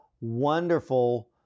wonderful